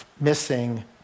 missing